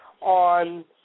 on